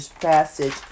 passage